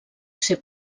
ser